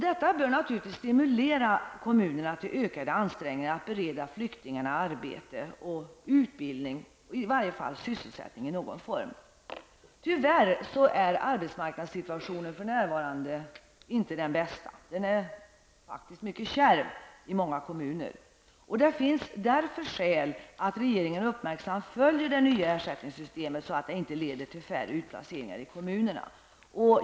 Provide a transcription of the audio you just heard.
Detta bör stimulera kommunerna till ökade ansträngningar att bereda flyktingarna utbildning och arbete, i varje fall sysselsättning i någon form. Tyvärr är arbetsmarknadssituationen för närvarande mycket kärv, och det finns därför skäl att regeringen uppmärksamt följer det nya ersättningssystemet så att det inte leder till färre utplaceringar i kommunerna.